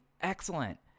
excellent